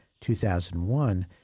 2001